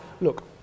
Look